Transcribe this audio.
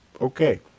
Okay